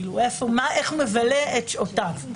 איך הוא מבלה את שעותיו,